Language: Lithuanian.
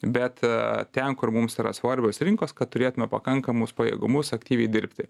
bet ten kur mums yra svarbios rinkos kad turėtume pakankamus pajėgumus aktyviai dirbti